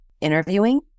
interviewing